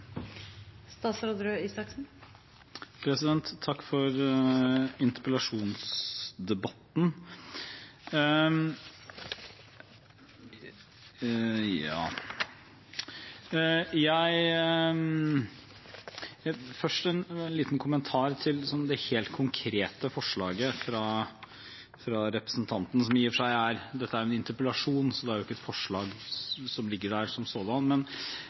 Takk for interpellasjonsdebatten. Først en liten kommentar til det helt konkrete forslaget fra representanten, som i og for seg ikke er et forslag som sådan, siden dette er en interpellasjon. Som jeg har vist til, har det